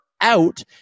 out